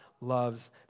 loves